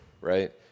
right